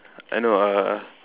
I know uh